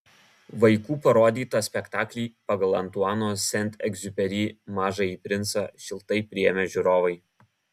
vaikų parodytą spektaklį pagal antuano sent egziuperi mažąjį princą šiltai priėmė žiūrovai